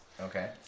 Okay